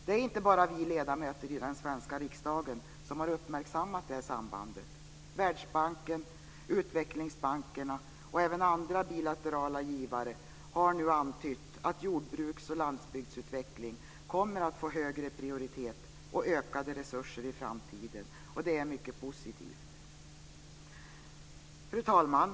Det är inte bara vi ledamöter i den svenska riksdagen som har uppmärksammat detta samband. Världsbanken, utvecklingsbankerna och även andra bilaterala givare har nu antytt att jordbruks och lantbruksutveckling kommer att få högre prioritet och ökade resurser i framtiden, och det är mycket positivt. Fru talman!